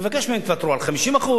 ומבקש מהם: תוותרו על 50%,